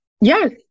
Yes